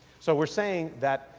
so we're saying that,